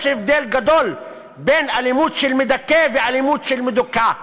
יש הבדל גדול בין אלימות של מדכא ואלימות של מדוכא,